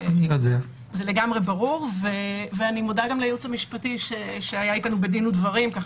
ואני מודה גם לייעוץ המשפטי שהיה אתנו בדין ודברים כך